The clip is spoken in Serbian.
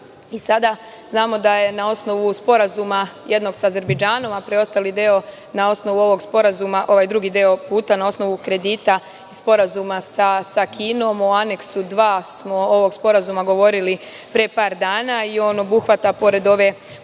Sada znamo da je na osnovu Sporazuma jednog sa Azerbejdžanom, a preostali deo na osnovu ovog sporazuma, ovaj drugi deo puta na osnovu kredita i Sporazuma sa Kinom u aneksu 2. ovog sporazuma smo govorili pre par dana. On obuhvata pored ove deonice